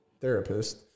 therapist